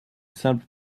simple